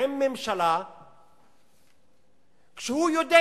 עם ממשלה כשהוא יודע